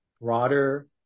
broader